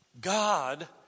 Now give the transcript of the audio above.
God